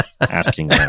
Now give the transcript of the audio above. asking